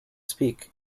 speak